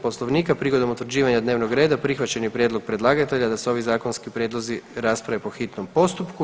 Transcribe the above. Poslovnika prigodom utvrđivanja dnevnog reda prihvaćen je prijedlog predlagatelja da se ovaj zakonski prijedlozi rasprave po hitnom postupku.